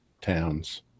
towns